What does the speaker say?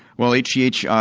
well hgh, ah